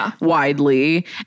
widely